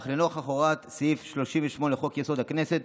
אך לנוכח הוראת סעיף 38 לחוק-יסוד: הכנסת,